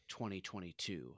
2022